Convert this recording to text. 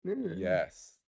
Yes